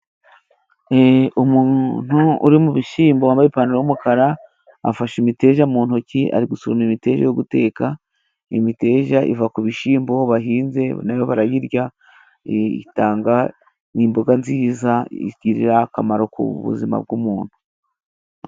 Umuntu uri mu bishyimbo wambaye ipantaro y'umukara afashe imiteja mu ntoki, ari gusoroma imiteja yo guteka, imiteja iva ku bishyimbo bahinze, nayo barayirya, itanga. ni imboga nziza igira akamaro ku buzima bw'umuntu.